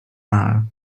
now